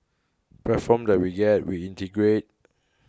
platforms that we get we integrate